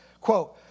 quote